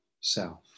self